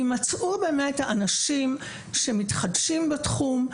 יימצאו האנשים שמתחדשים בתחום,